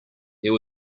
there